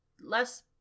less